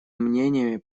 мнениями